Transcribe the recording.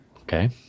Okay